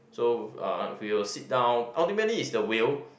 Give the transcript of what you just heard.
so uh we will sit down ultimately is the will